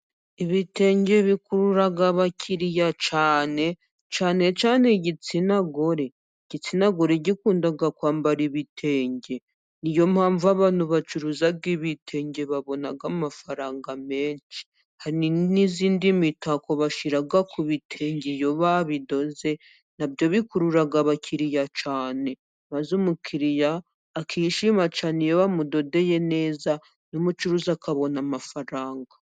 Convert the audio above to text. Ibitenge bikurura abakiriya cyane, cyane cyane igitsina gore. Igitsina gore gikunda kwambara ibitenge. Ni yo mpamvu abantu bacuruza ibitenge babona amafaranga menshi. Hari n'indi mitako bashyira ku bitenge iyo babidoze na byo bikurura abakiriya cyane maze umukiriya akishima cyane iyo bamudodeye neza, n'umucuruzi akabona amafaranga.